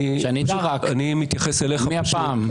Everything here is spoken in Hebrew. רק שאני אדע מי הפעם.